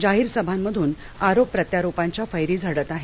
जाहीर सभांमधून आरोप प्रत्यारोपांच्या फ्री झडत आहेत